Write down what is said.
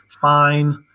Fine